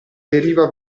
deriva